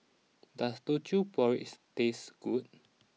does Teochew Porridge taste good